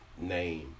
name